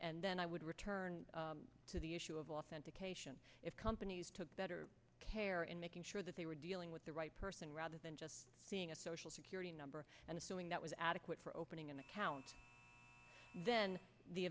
and then i would return to the issue of authentication if companies took better care and making sure that they were dealing with right person rather than just seeing a social security number and assuming that was adequate for opening an account then the